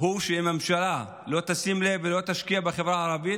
הוא שאם הממשלה לא תשים לב ולא תשקיע בחברה הערבית,